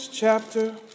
chapter